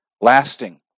lasting